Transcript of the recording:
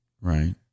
right